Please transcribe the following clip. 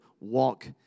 walk